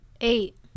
Eight